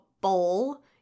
bowl